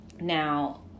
Now